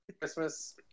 Christmas